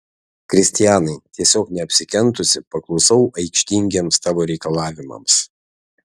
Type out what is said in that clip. kristianai tiesiog neapsikentusi paklusau aikštingiems tavo reikalavimams